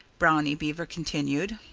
brownie beaver continued.